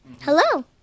Hello